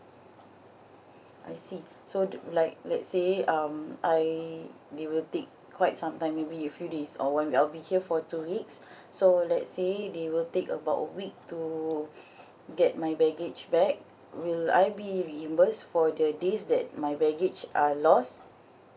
I see so do like let's say um I they will take quite some time maybe in few days or one week I'll be here for two weeks so let's say they will take about a week to get my baggage back will I be reimbursed for the days that my baggage are lost